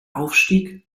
aufstieg